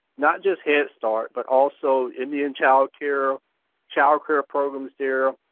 not just head start, but also indian child care child care programs there.